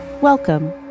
Welcome